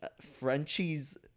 Frenchie's